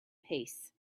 peace